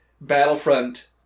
Battlefront